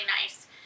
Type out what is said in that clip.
nice